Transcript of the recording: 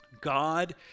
God